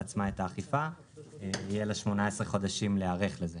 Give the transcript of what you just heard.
עצמה את האכיפה יהיו לה 18 חודשים להיערך לזה